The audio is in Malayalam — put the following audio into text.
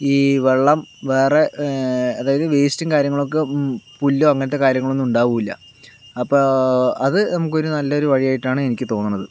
ഈ വെള്ളം വേറെ അതായത് വേസ്റ്റും കാര്യങ്ങളൊക്കെ പുല്ലോ അങ്ങനത്തെ കാര്യങ്ങളൊന്നും ഉണ്ടാവുകയുമില്ല അപ്പോൾ അത് നമുക്കൊരു നല്ല ഒരു വഴി ആയിട്ടാണ് എനിക്ക് തോന്നണത്